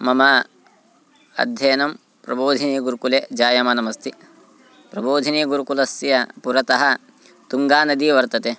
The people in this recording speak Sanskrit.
मम अध्ययनं प्रबोधिनीगुरुकुले जायमानमस्ति प्रबोधिनीगुरुकुलस्य पुरतः तुङ्गानदी वर्तते